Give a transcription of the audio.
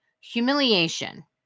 Humiliation